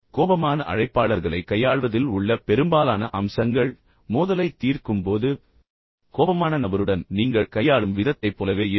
எனவே கோபமான அழைப்பாளர்களைக் கையாள்வதில் உள்ள பெரும்பாலான அம்சங்கள் மோதலைத் தீர்க்கும் போது கோபமான நபருடன் நீங்கள் கையாளும் விதத்தைப் போலவே இருக்கும்